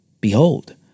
Behold